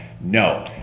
No